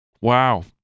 Wow